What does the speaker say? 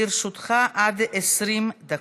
לרשותך עד 20 דקות.